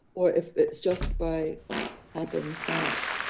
or if it's just by happenstance,